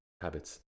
habits